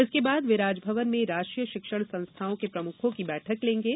इसके बाद वे राजभवन में राष्ट्रीय शिक्षण संस्थाओं के प्रमुखों की बैठक लेंगे